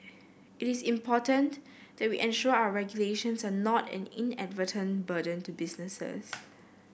it is important that we ensure our regulations are not an inadvertent burden to businesses